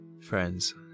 friends